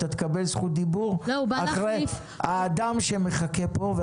אבל אתה תקבל זכות דיבור אחרי האדם שמחכה פה.